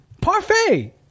Parfait